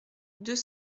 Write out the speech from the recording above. deux